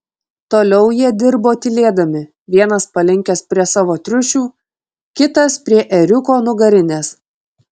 toliau jie dirbo tylėdami vienas palinkęs prie savo triušių kitas prie ėriuko nugarinės